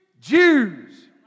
Jews